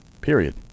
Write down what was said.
Period